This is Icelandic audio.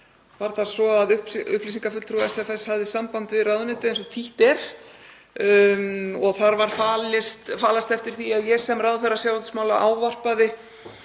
var það svo að upplýsingafulltrúi SFS hafði samband við ráðuneytið eins og títt er og þar var falast eftir því að ég sem ráðherra sjávarútvegsmála ávarpaði